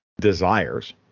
desires